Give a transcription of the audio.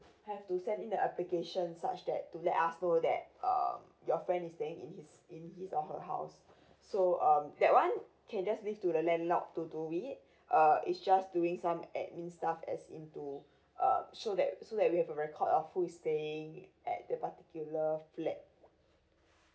have to send in the application such that to let us know that um your friend is staying in his in his or her house so um that one you can just leave to the landlord to do it uh it's just doing some admin stuff as in to uh so that so that we have the record of who is staying at the particular flat